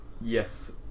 yes